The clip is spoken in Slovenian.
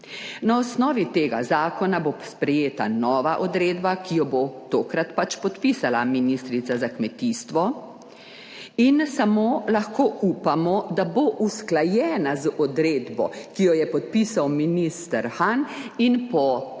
Na osnovi tega zakona bo sprejeta nova odredba, ki jo bo tokrat pač podpisala ministrica za kmetijstvo in samo lahko upamo, da bo usklajena z odredbo, ki jo je podpisal minister Han in po kateri